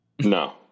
no